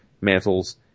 mantles